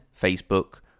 Facebook